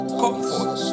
comfort